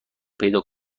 پیدا